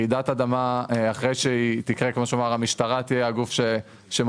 אחרי רעידת אדמה המשטרה תהיה הגוף שמוביל,